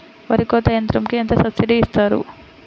వరి కోత యంత్రంకి ఎంత సబ్సిడీ ఇస్తారు?